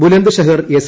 Buland ഷഹർ S